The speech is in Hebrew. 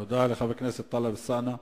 תודה לחבר הכנסת טלב אלסאנע.